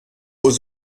aux